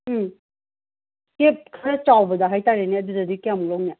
ꯎꯝ ꯀꯦꯕ ꯈꯔ ꯆꯥꯎꯕꯗ ꯍꯥꯏꯇꯥꯔꯦꯅꯦ ꯑꯗꯨꯗꯗꯤ ꯀꯌꯥꯃꯨꯛ ꯂꯧꯅꯤ